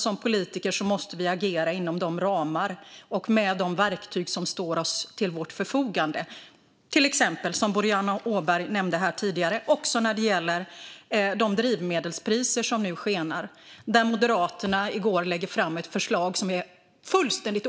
Som politiker måste vi agera inom de ramar vi har och med de verktyg som står till vårt förfogande - till exempel, som Boriana Åberg nämnde tidigare, när det gäller de drivmedelspriser som nu skenar. Där lade Moderaterna i går fram ett förslag som är fullständigt